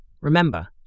Remember